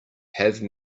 have